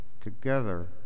Together